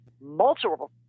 multiple